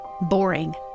boring